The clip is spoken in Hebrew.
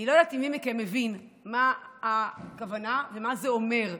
אני לא יודעת אם מי מכם מבין מה הכוונה ומה זה אומר,